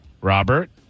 Robert